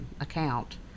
account